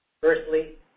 Firstly